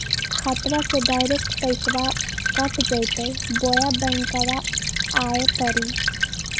खाताबा से डायरेक्ट पैसबा कट जयते बोया बंकबा आए परी?